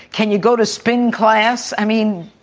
can you go to spin class? i mean,